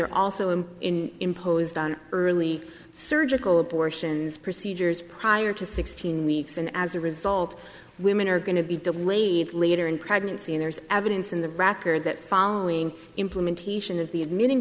are also and in imposed on early surgical abortions procedures prior to sixteen weeks and as a result women are going to be delayed later in pregnancy and there's evidence in the record that following implementation of the admitting